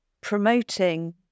promoting